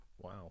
Wow